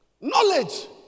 Knowledge